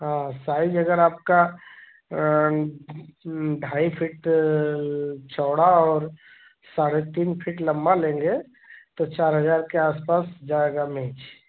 हाँ साइज अगर आपका ढाई फिट चौड़ा और साढ़े तीन फिट लम्बा लेंगे तो चार हज़ार के आस पास जाएगी मेज़